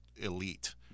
elite